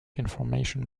information